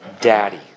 Daddy